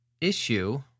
issue